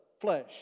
flesh